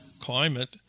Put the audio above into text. climate